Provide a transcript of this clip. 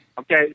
Okay